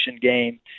game